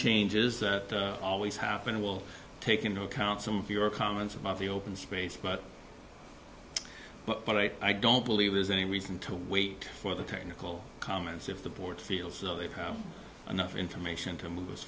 changes that always happen will take into account some of your comments about the open space but but i don't believe there's any reason to wait for the technical comments if the board feels so they have enough information to move